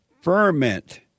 ferment